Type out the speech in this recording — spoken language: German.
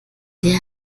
der